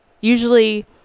usually